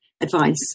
advice